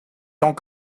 tant